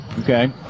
okay